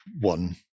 one